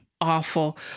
awful